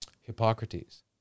Hippocrates